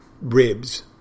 Ribs